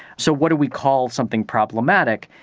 so what do we call something problematic?